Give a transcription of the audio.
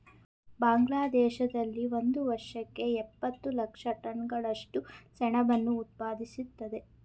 ಬಾಂಗ್ಲಾದೇಶದಲ್ಲಿ ಒಂದು ವರ್ಷಕ್ಕೆ ಎಂಬತ್ತು ಲಕ್ಷ ಟನ್ಗಳಷ್ಟು ಸೆಣಬನ್ನು ಉತ್ಪಾದಿಸ್ತದೆ